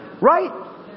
Right